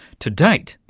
to date,